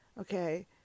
Okay